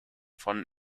von